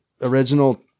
original